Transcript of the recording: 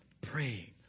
praying